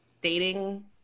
dating